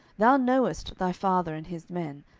thou knowest thy father and his men,